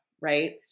right